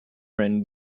run